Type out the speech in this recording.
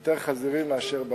יותר חזירים מאשר בקר.